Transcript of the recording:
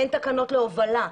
אין תקנות להובלה,